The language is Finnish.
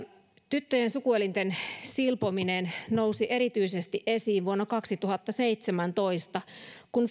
tyttöjen sukuelinten silpominen nousi erityisesti esiin vuonna kaksituhattaseitsemäntoista kun